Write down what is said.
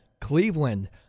Cleveland